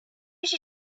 she